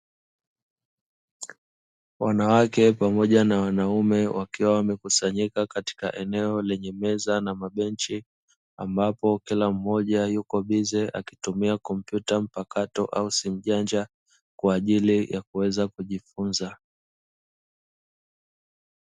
Wanawake pamoja na wanaume, wakiwa wamekusanyika katika eneo lenye meza na mabenchi. Ambapo kila mmoja yupo bize akitumia kompyuta mpakato au simu janja kwa ajili ya kuweza kujifunza.